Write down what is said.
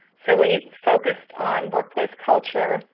so we focused on workplace culture,